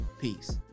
Peace